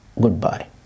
Goodbye